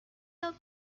your